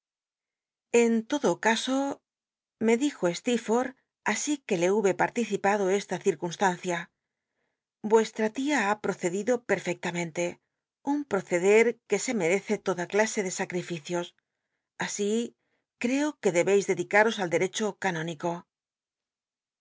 en todo caso me dijo este así que le hube par'licipado esla circunstancia vuestra lia ha procedido perfectamente un proceder que se merece toda clase de sacrificios así creo que debeis dedicaros al derecho canónico